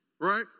Right